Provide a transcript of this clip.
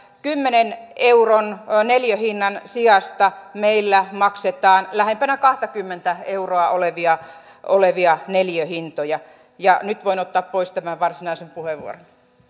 kymmenen euron neliöhinnan sijasta meillä maksetaan lähempänä kahtakymmentä euroa olevia olevia neliöhintoja nyt voin peruuttaa varsinaisen puheenvuoron